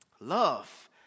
Love